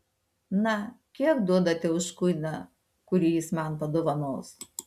na kiek duodate už kuiną kurį jis man padovanos